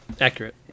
Accurate